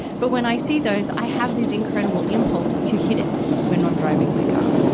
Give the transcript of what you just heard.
but when i see those, i have this incredible impulse to hit it when i'm driving my car.